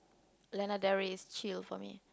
Lana-Del-Ray is chill for me